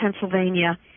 Pennsylvania